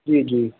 जी जी